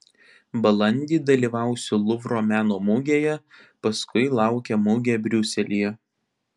balandį dalyvausiu luvro meno mugėje paskui laukia mugė briuselyje